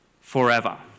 forever